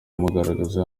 amugaragaza